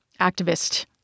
activist